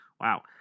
Wow